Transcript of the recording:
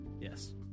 Yes